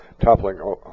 toppling